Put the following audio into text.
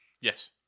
Yes